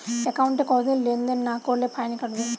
একাউন্টে কতদিন লেনদেন না করলে ফাইন কাটবে?